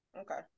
Okay